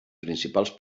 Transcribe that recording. principals